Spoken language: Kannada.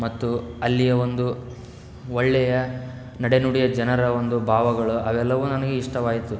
ಮತ್ತು ಅಲ್ಲಿಯ ಒಂದು ಒಳ್ಳೆಯ ನಡೆನುಡಿಯ ಜನರ ಒಂದು ಭಾವಗಳು ಅವೆಲ್ಲವು ನನಗೆ ಇಷ್ಟವಾಯಿತು